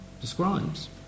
describes